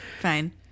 Fine